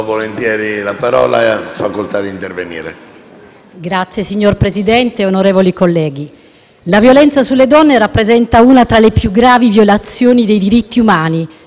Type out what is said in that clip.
*(PD)*. Signor Presidente, onorevoli colleghi, la violenza sulle donne rappresenta una tra le più gravi violazioni dei diritti umani e la più diffusa tra quelle perpetrate nel nostro Paese.